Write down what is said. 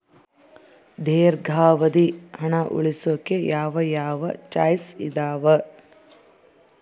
ದೇರ್ಘಾವಧಿ ಹಣ ಉಳಿಸೋಕೆ ಯಾವ ಯಾವ ಚಾಯ್ಸ್ ಇದಾವ?